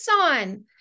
on